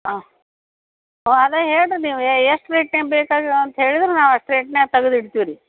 ಹ್ಞೂ ಹ್ಞೂ ಅದೇ ಹೇಳಿರಿ ನೀವು ಎಷ್ಟು ರೇಟ್ನಾಗ ಬೇಕದು ಅಂತ ಹೇಳಿದರೆ ನಾವು ಅಷ್ಟು ರೇಟ್ನಾಗ ತೆಗೆದ್ ಇಡ್ತೀವಿ ರೀ